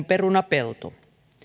perunapelto